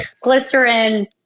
glycerin